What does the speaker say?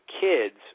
kids